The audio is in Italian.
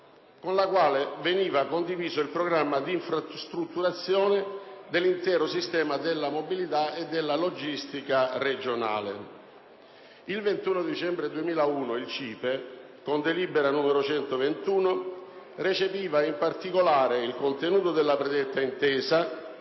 con la quale veniva condiviso il Programma di infrastrutturazione dell'intero sistema della mobilità e della logistica regionale. Il 21 dicembre 2001 il CIPE, con delibera n. 121, recepiva in particolare il contenuto della predetta Intesa,